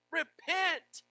Repent